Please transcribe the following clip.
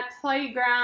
playground